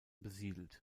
besiedelt